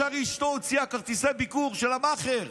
ישר אשתו הוציאה כרטיסי ביקור של המאכער.